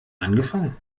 angefangen